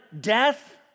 death